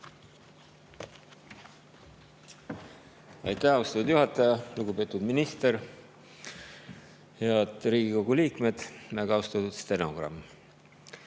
Aitäh, austatud juhataja! Lugupeetud minister. Head Riigikogu liikmed! Väga austatud stenogramm!